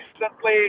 recently